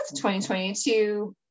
2022